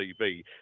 TV